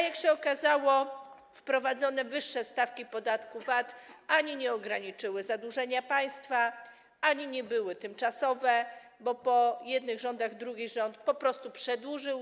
Jak się okazało, wprowadzone wyższe stawki podatku VAT ani nie ograniczyły zadłużenia państwa, ani nie były tymczasowe, bo po jednym rządzie drugi rząd po prostu to przedłużył.